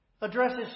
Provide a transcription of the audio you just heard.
addresses